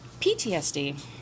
PTSD